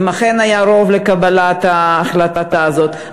אם אכן היה רוב לקבלת ההחלטה הזאת,